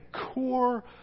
core